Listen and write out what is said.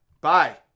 Bye